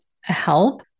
help